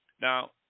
Now